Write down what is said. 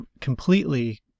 completely